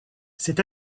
cet